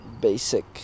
basic